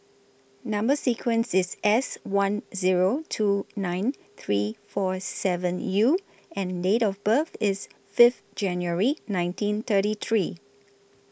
Number sequence IS S one Zero two nine three four seven U and Date of birth IS Fifth January nineteen thirty three